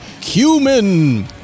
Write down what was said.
Cumin